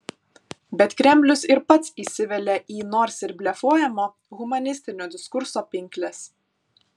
bet kremlius ir pats įsivelia į nors ir blefuojamo humanistinio diskurso pinkles